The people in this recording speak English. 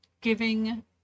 giving